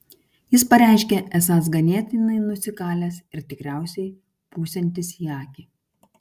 jis pareiškė esąs ganėtinai nusikalęs ir tikriausiai pūsiantis į akį